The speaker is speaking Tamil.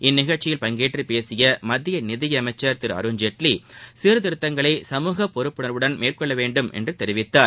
இந்நிகழ்ச்சியில் பங்கேற்று பேசிய மத்திய நிதியமைச்சர் திரு அருண்ஜேட்லி சீர்திருத்தங்களை சமூக பொறுப்புணர்வுடன் மேற்கொள்ளவேண்டும் என்று தெரிவித்தார்